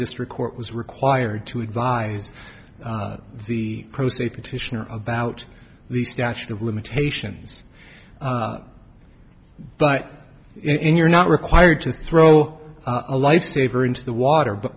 district court was required to advise the prostate petitioner about the statute of limitations but in you're not required to throw a lifesaver into the water but